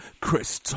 Chris